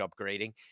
upgrading